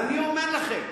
אני אומר לכם,